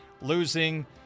Losing